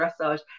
dressage